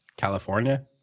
California